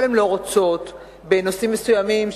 אבל הן לא רוצות בנושאים מסוימים,